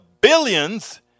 billions